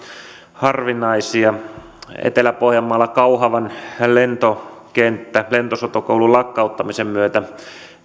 harvinaisia etelä pohjanmaalla kauhavan lentokenttä lentosotakoulun lakkauttamisen myötä